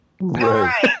Right